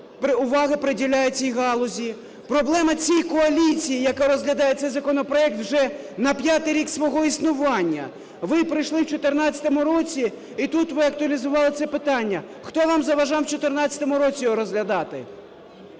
уваги приділяє цій галузі. Проблема і в цій коаліції, яка розглядає цей законопроект вже на п'ятий рік свого існування. Ви прийшли в 14-му році і тут ви актуалізували це питання. Хто вам заважав в 14-му році його розглядати?